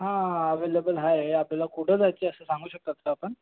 हां हां अवेलेबल आहे आपल्याला कुठं जायचं आहे असं सांगू शकतात का आपण